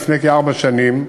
לפני כארבע שנים,